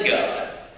God